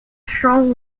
strong